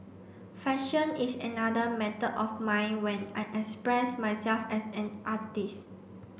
fashion is another method of mine when I express myself as an artist